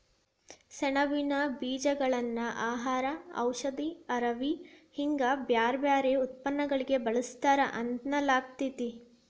ಸೆಣಬಿನ ಬೇಜಗಳನ್ನ ಆಹಾರ, ಔಷಧಿ, ಅರವಿ ಹಿಂಗ ಬ್ಯಾರ್ಬ್ಯಾರೇ ಉತ್ಪನ್ನಗಳಲ್ಲಿ ಬಳಸ್ತಾರ ಅನ್ನಲಾಗ್ತೇತಿ